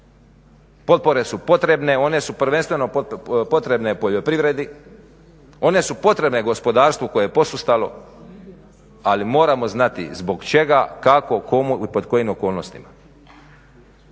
Potpore su potrebne. One su prvenstveno potrebne poljoprivredi, one su potrebne gospodarstvu koje je posustalo. Ali moramo znati zbog čega, kako, komu i pod kojim okolnostima.